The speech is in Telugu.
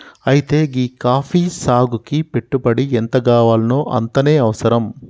అయితే గీ కాఫీ సాగుకి పెట్టుబడి ఎంతగావాల్నో అంతనే అవసరం